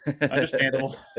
understandable